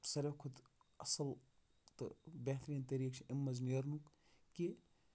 ساروی کھۄتہٕ اَصٕل تہٕ بہتریٖن طریٖقہٕ چھُ اَمہِ منٛز نیرنُک کہِ